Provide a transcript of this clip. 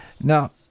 Now